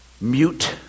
mute